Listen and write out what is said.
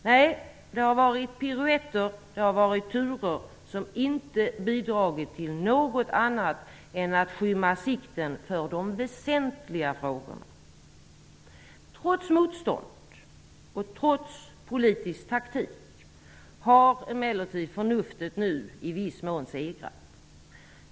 Nej, det har varit piruetter och turer som inte bidragit till något annat än att skymma sikten för de väsentliga frågorna. Trots motstånd och trots politisk taktik har emellertid förnuftet nu i viss mån segrat.